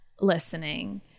listening